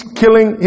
killing